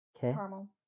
Caramel